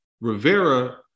Rivera